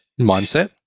mindset